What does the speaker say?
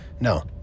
no